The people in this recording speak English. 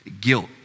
guilt